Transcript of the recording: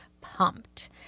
pumped